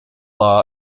law